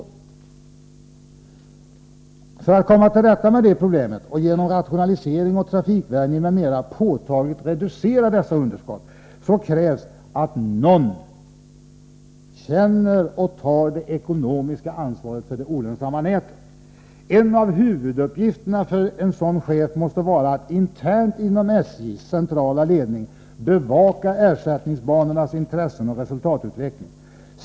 För att man skall kunna komma till rätta med detta problem och genom rationalisering och trafikvärvning m.m. påtagligt reducera dessa underskott krävs att någon känner och tar det ekonomiska ansvaret för det olönsamma nätet. En av huvuduppgifterna för en sådan chef måste vara att internt inom SJ:s centrala ledning bevaka ersättningsbanornas intressen och resultatutveckling.